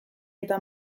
eta